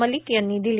मलिक यांनी दिली